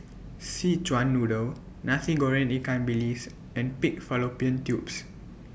Szechuan Noodle Nasi Goreng Ikan Bilis and Pig Fallopian Tubes